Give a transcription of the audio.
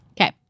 Okay